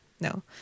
no